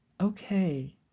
Okay